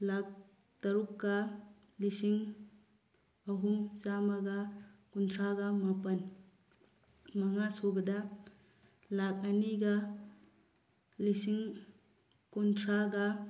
ꯂꯥꯈ ꯇꯔꯨꯛꯀ ꯂꯤꯁꯤꯡ ꯑꯍꯨꯝ ꯆꯥꯝꯃꯒ ꯀꯨꯟꯊ꯭ꯔꯥꯒ ꯃꯥꯄꯟ ꯃꯉꯥꯁꯨꯕꯗ ꯂꯥꯈ ꯑꯅꯤꯒ ꯂꯤꯁꯤꯡ ꯀꯨꯟꯊ꯭ꯔꯥꯒ